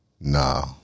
Nah